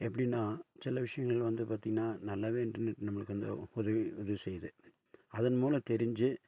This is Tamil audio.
எப்படின்னால் சில விஷயங்களெலாம் வந்து பார்த்தீங்கன்னா நல்லாவே இண்டர்நெட் நம்மளுக்கு அந்த உதவி உதவி செய்யுது அதன் மூலம் தெரிஞ்சு